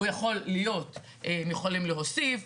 הם יכולים להוסיף,